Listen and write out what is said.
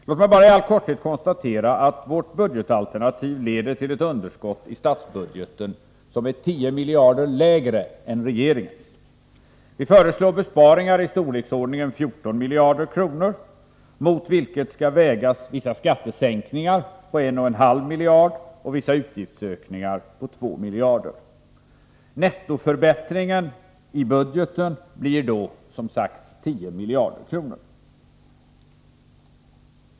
Låt mig bara i all korthet konstatera att vårt budgetalternativ leder till ett underskott i statsbudgeten som är 10 miljarder lägre än regeringens. Vi föreslår besparingar i storleksordningen 14 miljarder kronor, mot vilket skall vägas vissa skattesänkningar på 1,5 miljarder och vissa utgiftsökningar på 2 miljarder. Nettoförbättringen i budgeten blir då, som sagt, 10 miljarder kronor.